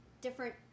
different